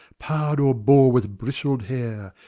pard, or boar with bristled hair,